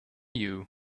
you